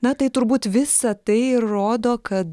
na tai turbūt visa tai ir rodo kad